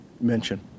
mention